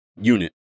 unit